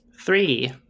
Three